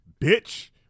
Bitch